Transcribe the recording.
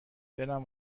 دلم